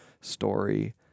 story